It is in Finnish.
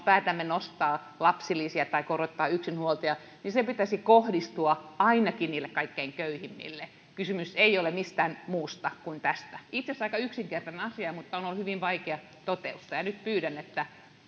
me päätämme nostaa lapsilisiä tai korottaa yksinhuoltajakorotusta niin sen pitäisi kohdistua ainakin niille kaikkein köyhimmille kysymys ei ole mistään muusta kuin tästä itse asiassa aika yksinkertainen asia mutta tämä on ollut hyvin vaikea toteuttaa ja nyt pyydän että